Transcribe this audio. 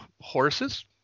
horses